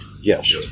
yes